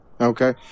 Okay